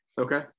Okay